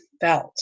felt